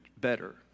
better